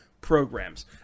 programs